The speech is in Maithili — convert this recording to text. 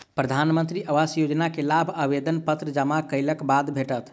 प्रधानमंत्री आवास योजना के लाभ आवेदन पत्र जमा केलक बाद भेटत